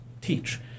teach